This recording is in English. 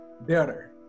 better